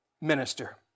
minister